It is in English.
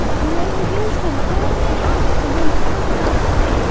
and they would use them only once and then throw them away.